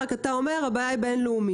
רק שאתה אומר שהבעיה היא בינלאומית.